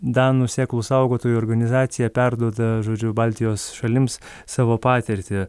danų sėklų saugotojų organizacija perduoda žodžiu baltijos šalims savo patirtį